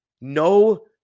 No